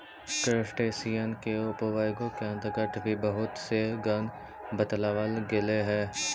crustacean के उपवर्गों के अन्तर्गत भी बहुत से गण बतलावल गेलइ हे